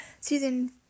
season